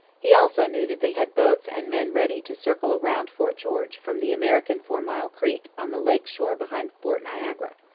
he also knew that they had boats and men ready to circle round fort george from the american four mile creek on the lake shore behind fort niagara.